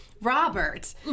Robert